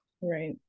right